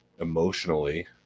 emotionally